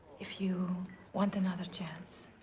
if you want another chance?